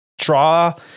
Draw